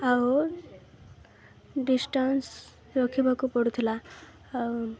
ଆଉ ଡିଷ୍ଟାନ୍ସ ରଖିବାକୁ ପଡ଼ୁଥିଲା ଆଉ